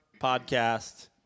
podcast